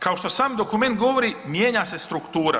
Kao što sam dokument govori mijenja se struktura.